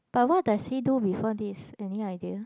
but what does he do before this any idea